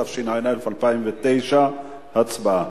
התש"ע 2009. הצבעה.